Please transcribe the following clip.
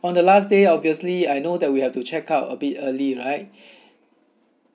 on the last day obviously I know that we have to check out a bit early right